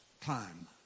time